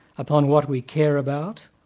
upon what we care about,